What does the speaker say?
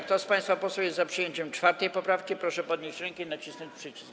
Kto z państwa posłów jest za przyjęciem 4. poprawki, proszę podnieść rękę i nacisnąć przycisk.